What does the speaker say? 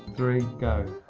three, go.